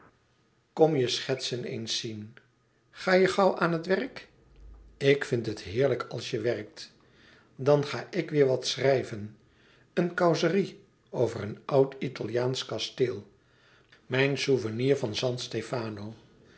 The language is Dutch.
kom je schetsen eens bezien ga je gauw aan het werk ik vind het heerlijk als je werkt dan ga ik weêr wat schrijven een causerie over een oud italiaansch kasteel mijn souvenirs van san stefano